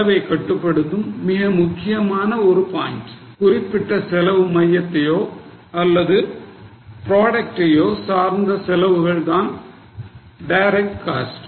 செலவை கட்டுப்படுத்தும் மிக முக்கியமான ஒரு பாயின்ட் குறிப்பிட்ட செலவு மையத்தையோ அல்லது புரோடெக்டையோ சார்ந்த செலவுகள் தான் டைரக்ட் காஸ்ட்